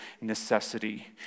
necessity